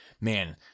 man